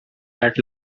had